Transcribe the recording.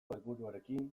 helburuarekin